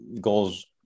goals